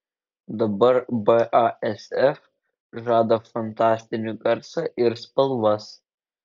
dabar basf žada fantastinį garsą ir spalvas